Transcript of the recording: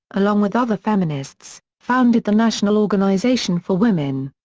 along with other feminists, founded the national organization for women.